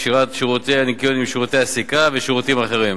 קשירת שירותי הניכיון עם שירותי הסליקה ושירותים אחרים,